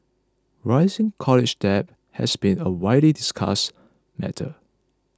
rising college debt has been a widely discussed matter